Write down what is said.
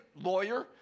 lawyer